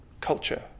culture